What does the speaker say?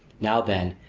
now then,